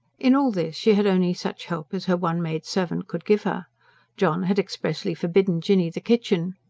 in all this she had only such help as her one maidservant could give her john had expressly forbidden jinny the kitchen.